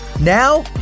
now